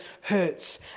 hurts